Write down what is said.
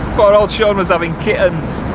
but old shaun was having kittens,